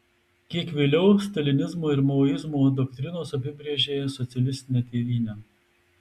kiek vėliau stalinizmo ir maoizmo doktrinos apibrėžė socialistinę tėvynę